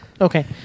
Okay